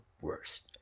worst